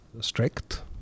strict